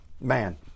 man